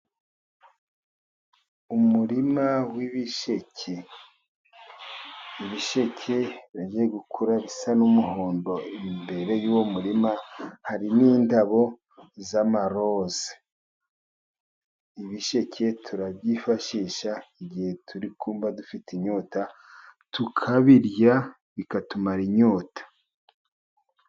Umurima w'ibisheke, ibisheke bigiye gukura bisa n'umuhondo, imbere y'uwo murima hari n'indabo z'amaroze . Ibisheke turabyifashisha igihe turi kumva dufite inyota, tukabirya bikatumara inyota.